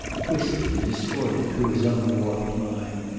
twisted and distorted through his own warped mind,